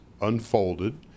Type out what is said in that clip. unfolded